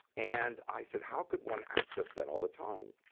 and i said, how could one access that all the time?